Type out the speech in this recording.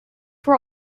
were